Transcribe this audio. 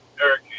Eric